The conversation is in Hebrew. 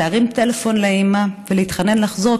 להרים טלפון לאימא ולהתחנן שתחזור,